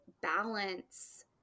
balance